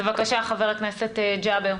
בבקשה, חבר הכנסת ג'אבר.